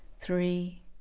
three